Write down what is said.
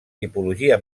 tipologia